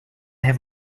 have